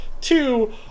two